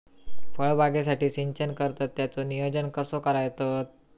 फळबागेसाठी सिंचन करतत त्याचो नियोजन कसो करतत?